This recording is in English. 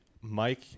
Mike